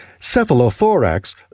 cephalothorax